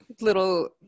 little